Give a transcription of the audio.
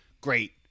great